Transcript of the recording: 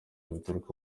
bituruka